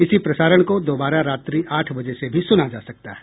इसी प्रसारण को दोबारा रात्रि आठ बजे से भी सुना जा सकता है